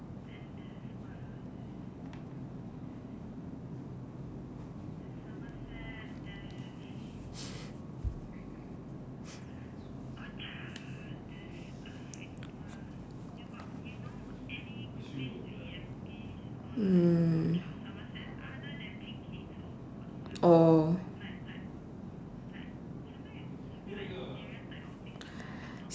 mm oh